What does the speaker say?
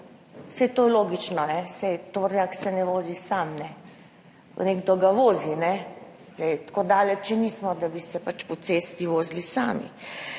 Saj to je logično, saj tovornjak se ne vozi sam, nekdo ga vozi. Tako daleč še nismo, da bi se pač po cesti vozili sami.